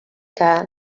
que